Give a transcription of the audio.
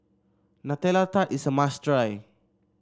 Nutella Tart is a must try